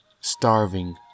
Starving